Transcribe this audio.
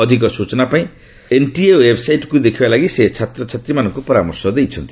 ଅଧିକ ସୂଚନା ପାଇଁ ଏନ୍ଟିଏ ୱେବ୍ସାଇଟ୍କୁ ଦେଖିବା ଲାଗି ସେ ଛାତ୍ରଛାତ୍ରୀମାନଙ୍କୁ ପରାମର୍ଶ ଦେଇଛନ୍ତି